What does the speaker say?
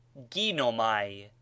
Ginomai